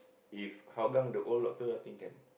if Hougang the old doctor I think can